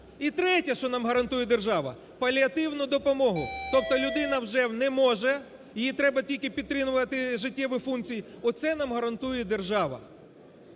І третє, що нам гарантує держава – паліативну допомогу. Тобто людина вже не може, її треба тільки підтримувати життєві функції – оце нам гарантує держава.